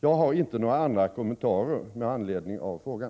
Jag har inte några andra kommentarer med anledning av frågan.